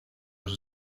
los